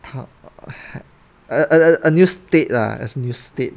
a a a a new state lah a new state